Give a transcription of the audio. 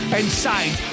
inside